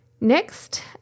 Next